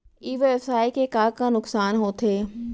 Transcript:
ई व्यवसाय के का का नुक़सान होथे?